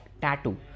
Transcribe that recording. tattoo